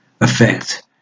effect